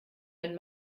ein